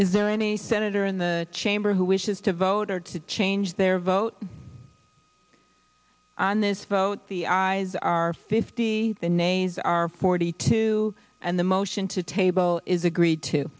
is there any senator in the chamber who wishes to vote or to change their vote on this vote the eyes are fifty the names are forty two and the motion to table is agreed to